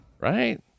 right